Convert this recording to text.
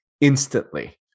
instantly